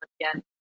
again